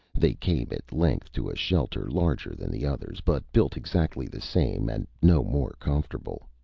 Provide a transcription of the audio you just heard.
they came at length to a shelter larger than the others, but built exactly the same and no more comfortable.